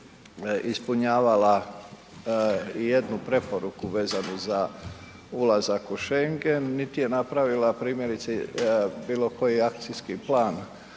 ispunjavala jednu preporuku vezanu za ulazak u Schengen niti je napravila primjerice bilokoji akcijski plan